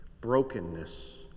brokenness